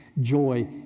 joy